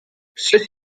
ceux